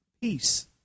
peace